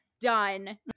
Done